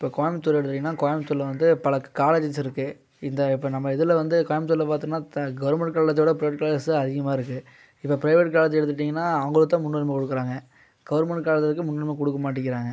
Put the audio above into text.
இப்போ கோயபுத்தூர் எடுத்துட்டீங்கன்னா கோயமுத்தூரில் வந்து பல காலேஜஸ் இருக்குது இந்த இப்போ நம்ம இதில் வந்து கோயமுத்தூரில் பார்த்தோம்னா தான் கவுர்மெண்ட் காலேஜோடய அதிகமாக இருக்குது இதே ப்ரைவேட் காலேஜ் எடுத்துட்டீங்கன்னா அவங்களுக்குத்தான் முன்னுரிமை கொடுக்குறாங்க கவுர்மெண்ட் காலேஜுக்கு முன்னுரிமை கொடுக்க மாட்டேங்கிறாங்க